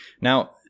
Now